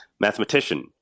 mathematician